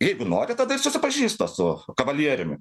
jeigu nori tada ir susipažįsta su kavalieriumi